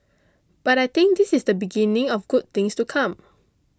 but I think this is the beginning of good things to come